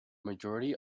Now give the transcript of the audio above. majority